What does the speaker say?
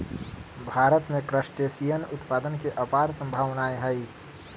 भारत में क्रस्टेशियन उत्पादन के अपार सम्भावनाएँ हई